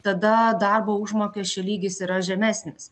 tada darbo užmokesčio lygis yra žemesnis